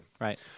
right